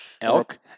Elk